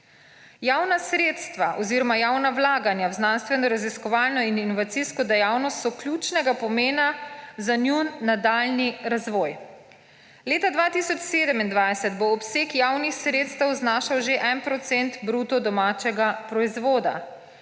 Javna sredstva oziroma javna vlaganja v znanstvenoraziskovalno in inovacijsko dejavnost so ključnega pomena za njun nadaljnji razvoj. Leta 2027 bo obseg javnih sredstev znašal že 1 % bruto domačega proizvoda,